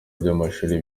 by’amashuri